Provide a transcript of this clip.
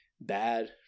bad